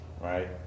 right